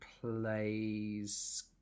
plays